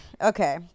Okay